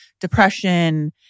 depression